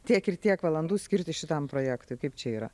tiek ir tiek valandų skirti šitam projektui kaip čia yra